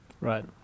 right